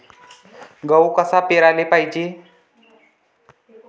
गहू कवा पेराले पायजे?